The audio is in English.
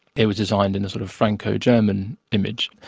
it was designed in a sort of franco-german image,